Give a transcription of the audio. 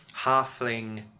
halfling